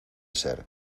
ser